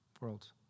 worlds